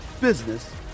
business